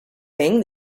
thing